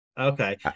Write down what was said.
Okay